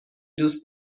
دوست